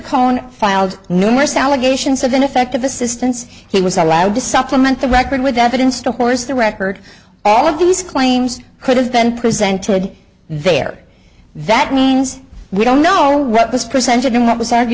cohen filed numerous allegations of ineffective assistance he was allowed to supplement the record with evidence to horse the record all of these claims could have been presented there that means we don't know what was presented and what was